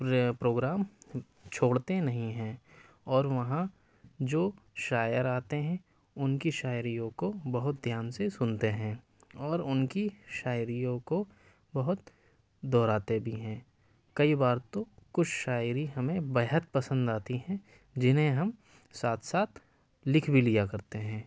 programme چھوڑتے نہیں ہیں اور وہاں جو شاعر آتے ہیں ان کی شاعریوں کو بہت دھیان سے سنتے ہیں اور ان کی شاعریوں کو بہت دہراتے بھی ہیں کئی بار تو کچھ شاعری ہمیں بےحد پسند آتی ہیں جنہیں ہم ساتھ ساتھ لکھ بھی لیا کرتے ہیں